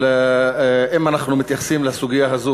אבל אם אנחנו מתייחסים לסוגיה הזאת,